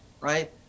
right